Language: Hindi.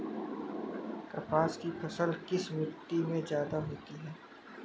कपास की फसल किस मिट्टी में ज्यादा होता है?